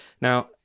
Now